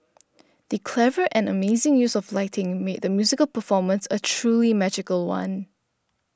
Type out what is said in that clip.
the clever and amazing use of lighting made the musical performance a truly magical one